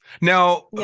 Now